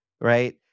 Right